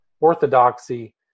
Orthodoxy